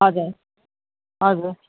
हजुर हजुर